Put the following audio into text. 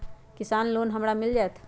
किसान लोन हमरा मिल जायत?